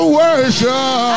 worship